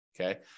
Okay